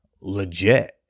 legit